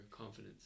confidence